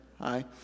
hi